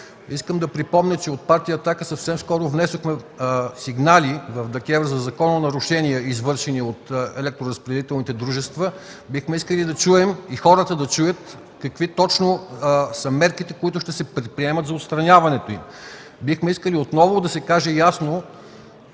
Искам да припомня, че от Партия „Атака” съвсем наскоро внесохме сигнали в ДКЕВР за закононарушения, извършени от електроразпределителните дружества. Ние бихме искали да чуем, както и хората да чуят, какви точно мерки ще се предприемат за отстраняването им. Бихме искали отново да се каже ясно